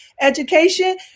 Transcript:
education